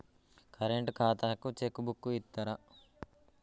Current ఖాతాకు cheque book ఇత్తరా?